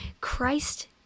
Christ